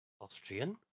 Austrian